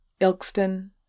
Ilkston